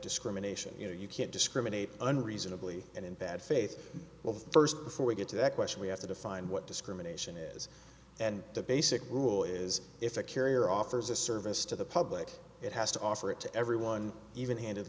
discrimination you know you can't discriminate unreasonably and in bad faith well first before we get to that question we have to define what discrimination is and the basic rule is if a carrier offers a service to the public it has to offer it to everyone even